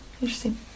interesting